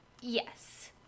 yes